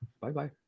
Bye-bye